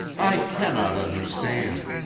i cannot understand.